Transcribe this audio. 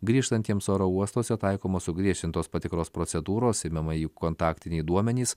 grįžtantiems oro uostuose taikomos sugriežtintos patikros procedūros imami jų kontaktiniai duomenys